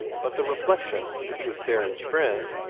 but the reflection that he was theron's friend,